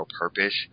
purpose